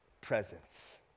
presence